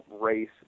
race